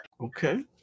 Okay